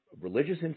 religious